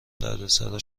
دردسرا